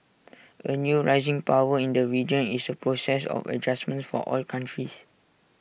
A new rising power in the region is A process of adjustment for all countries